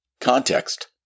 Context